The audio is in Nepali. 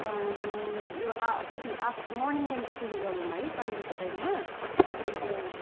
अनि यो कति आफ् मर्निङदेखिको सुरु गरौँ है सन्डेको टाइममा अन्त